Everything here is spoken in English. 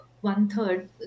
one-third